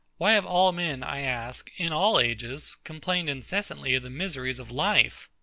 why have all men, i ask, in all ages, complained incessantly of the miseries of life.